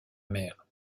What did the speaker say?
mère